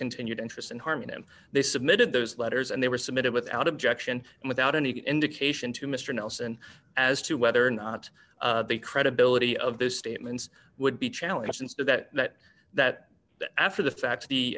continued interest in harming him they submitted those letters and they were submitted without objection and without any indication to mr nelson as to whether or not the credibility of those statements would be challenged and that that that after the fact th